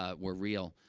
ah were real.